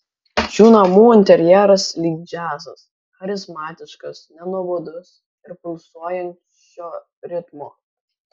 šių namų interjeras lyg džiazas charizmatiškas nenuobodus ir pulsuojančio ritmo